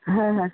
হ্যাঁ হ্যাঁ